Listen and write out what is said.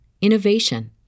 innovation